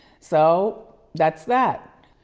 so that's that.